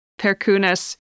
Perkunas